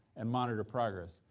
and monitor progress.